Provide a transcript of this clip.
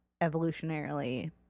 evolutionarily